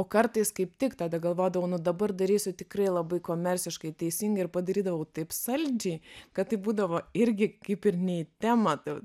o kartais kaip tik tada galvodavau nu dabar darysiu tikrai labai komerciškai teisingai ir padarydavau taip saldžiai kad tai būdavo irgi kaip ir ne į temą ta